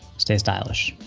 stay stylish!